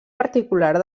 particular